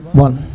one